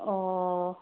ꯑꯣ